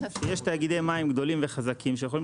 הנימוק הוא שיש תאגידי מים גדולים וחזקים שיכולים